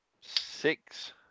six